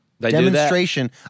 demonstration